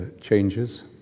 changes